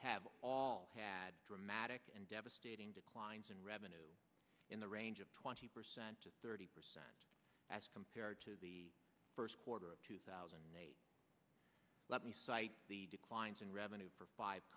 have all had dramatic and devastating declines in revenue in the range of twenty percent to thirty percent as compared to the first quarter of two thousand and eight let me cite the declines in revenue for five